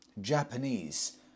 Japanese